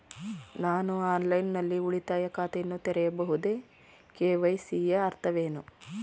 ನಾನು ಆನ್ಲೈನ್ ನಲ್ಲಿ ಉಳಿತಾಯ ಖಾತೆಯನ್ನು ತೆರೆಯಬಹುದೇ? ಕೆ.ವೈ.ಸಿ ಯ ಅರ್ಥವೇನು?